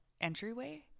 entryway